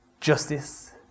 justice